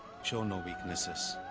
show no weaknesses.